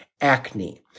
acne